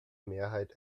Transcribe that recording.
mehrheit